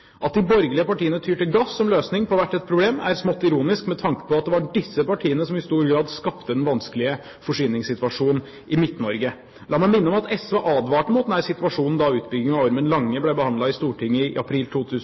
At de borgerlige partiene tyr til gass som løsning på hvert et problem, er smått ironisk med tanke på at det var disse partiene som i stor grad skapte den vanskelige forsyningssituasjonen i Midt-Norge. La meg minne om at SV advarte mot denne situasjonen da utbyggingen av Ormen Lange ble behandlet i Stortinget i april